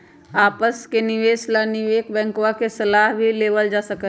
आपस के निवेश ला निवेश बैंकवा से सलाह भी लेवल जा सका हई